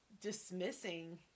dismissing